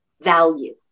value